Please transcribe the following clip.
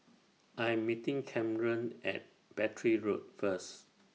I'm meeting Camren At Battery Road First